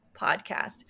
Podcast